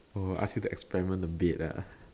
oh I feel the experiment the bed ah